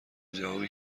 جوابی